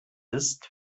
ist